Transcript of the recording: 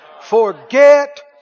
forget